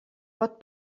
pot